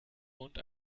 und